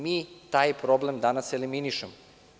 Mi taj problem danas eliminišemo.